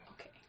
Okay